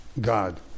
God